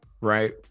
right